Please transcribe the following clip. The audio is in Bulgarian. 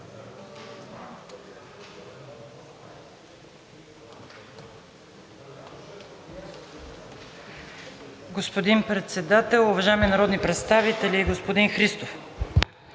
Господин Председател, уважаеми народни представители! Господин Христов,